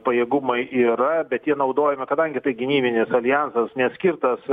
pajėgumai yra bet jie naudojami kadangi tai gynybinis aljansas neskirtas